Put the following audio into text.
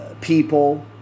people